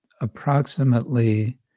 approximately